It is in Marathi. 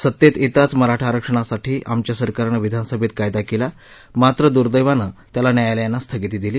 सत्तेत येताच मराठा आरक्षणासाठी आमच्या सरकारनं विधानसभेत कायदा केला मात्र दुँदैंवानं त्याला न्यायालयानं स्थगिती दिली